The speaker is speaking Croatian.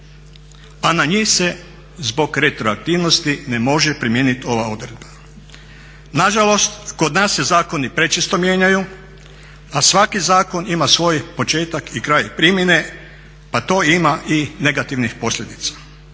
A na njih se, zbog retroaktivnosti, ne može primijeniti ova odredba. Nažalost, kod nas se zakoni prečesto mijenjaju, a svaki zakon ima svoj početak i kraj primjene pa to ima i negativnih posljedica.